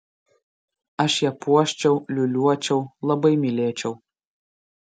aš ją puoščiau liūliuočiau labai mylėčiau